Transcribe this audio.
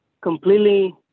completely